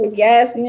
yes.